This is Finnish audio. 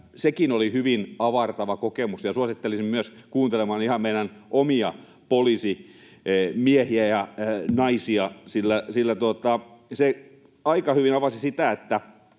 sekin oli hyvin avartava kokemus, ja suosittelisin myös kuuntelemaan ihan meidän omia poliisimiehiä ja -naisia, sillä se aika hyvin avasi sitä, että